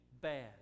bad